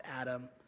Adam